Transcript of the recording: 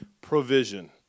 provision